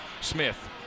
Smith